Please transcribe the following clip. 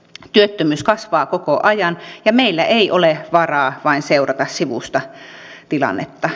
työttömyys kasvaa koko ajan ja meillä ei ole varaa vain seurata sivusta tilannetta